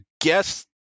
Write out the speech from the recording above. guess